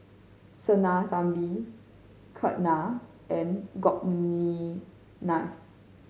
Sinnathamby Ketna and Gopinath